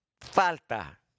falta